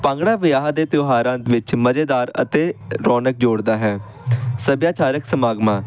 ਭੰਗੜਾ ਵਿਆਹ ਦੇ ਤਿਉਹਾਰਾਂ ਵਿੱਚ ਮਜ਼ੇਦਾਰ ਅਤੇ ਰੌਣਕ ਜੋੜਦਾ ਹੈ ਸੱਭਿਆਚਾਰਿਕ ਸਮਾਗਮਾਂ